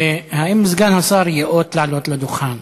האם סגן השר ייאות לעלות לדוכן